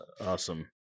Awesome